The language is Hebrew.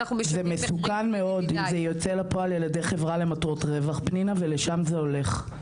זה מסוכן מאוד אם זה יוצא לפועל על ידי חברה למטרות רווח ולשם זה הולך.